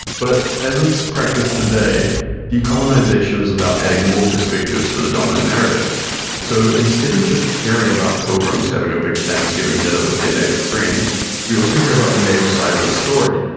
but as it's practiced today decolonization is about adding more perspectives to the dominant narrative so instead of just hearing about pilgrims having a big thanksgiving dinner with their native friends we also hear about the native side of the story,